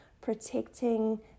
protecting